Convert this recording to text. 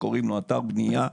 שנקרא אתר בנייה,